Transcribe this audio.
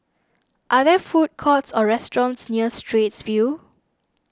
are there food courts or restaurants near Straits View